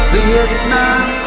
Vietnam